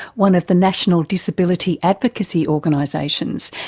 one of the national disability advocacy organisations,